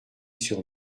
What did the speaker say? sur